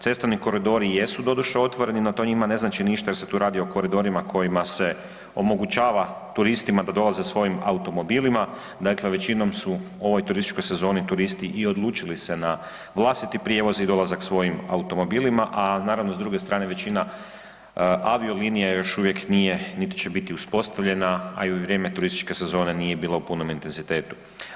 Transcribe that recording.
Cestovni koridori jesu doduše otvoreno no to njima ne znači ništa jer se tu radi o koridorima kojima se omogućava turistima da dolaze svojim automobilima, dakle većinom su u ovoj turističkoj sezoni turisti i odlučili se na vlastiti prijevoz i dolazak svojim automobilima, a naravno s druge strane većina aviolinija još uvijek nije, niti će biti uspostavljena, a i u vrijeme turističke sezone nije bila u punom intenzitetu.